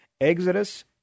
Exodus